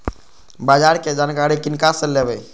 बाजार कै जानकारी किनका से लेवे?